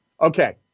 Okay